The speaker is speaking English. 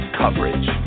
coverage